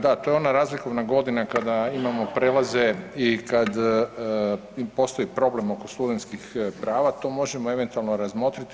Da, to je ona razlikovna godina kada imamo prelaze i kad postoji problem oko studentskih prava, to možemo eventualno razmotriti.